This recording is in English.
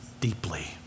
deeply